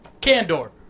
Candor